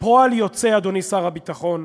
שפועל יוצא, אדוני שר הביטחון,